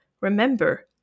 remember